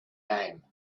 name